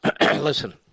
Listen –